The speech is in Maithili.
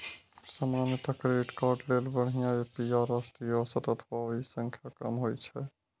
सामान्यतः क्रेडिट कार्ड लेल बढ़िया ए.पी.आर राष्ट्रीय औसत अथवा ओइ सं कम होइ छै